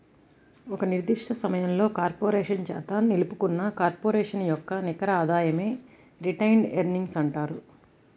ఒక నిర్దిష్ట సమయంలో కార్పొరేషన్ చేత నిలుపుకున్న కార్పొరేషన్ యొక్క నికర ఆదాయమే రిటైన్డ్ ఎర్నింగ్స్ అంటారు